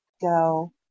go